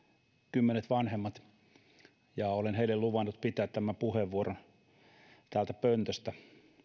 kymmenet vanhemmat ja olen heille luvannut pitää tämän puheenvuoron täältä pöntöstä